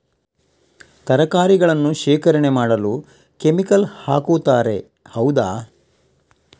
ತರಕಾರಿಗಳನ್ನು ಶೇಖರಣೆ ಮಾಡಲು ಕೆಮಿಕಲ್ ಹಾಕುತಾರೆ ಹೌದ?